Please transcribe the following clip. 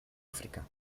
áfrica